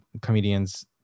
comedians